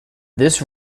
this